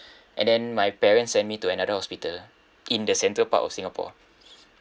and then my parents sent me to another hospital in the central part of singapore